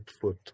foot